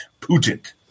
Putin